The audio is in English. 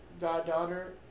goddaughter